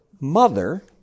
mother